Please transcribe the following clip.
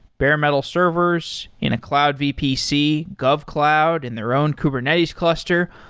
bare metal servers in a cloud vpc, govcloud and their own kubernetes cluster,